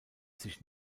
sich